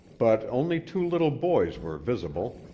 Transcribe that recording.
but only two little boys were visible,